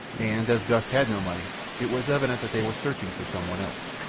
and as gust had no money it was evident that they were searching for someone else.